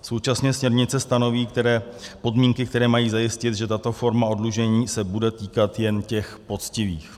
Současně směrnice stanoví podmínky, které mají zajistit, že tato forma oddlužení se bude týkat jen těch poctivých.